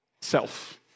Self